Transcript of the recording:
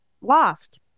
Lost